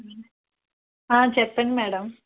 చెప్పండి మేడమ్